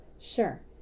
sure